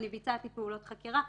אני ביצעתי פעולות חקירה,